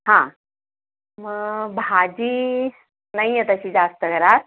हां मग भाजी नाही आहे तशी जास्त घरात